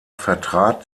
vertrat